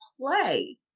play